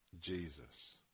Jesus